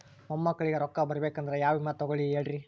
ಮೊಮ್ಮಕ್ಕಳಿಗ ರೊಕ್ಕ ಬರಬೇಕಂದ್ರ ಯಾ ವಿಮಾ ತೊಗೊಳಿ ಹೇಳ್ರಿ?